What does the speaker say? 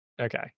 Okay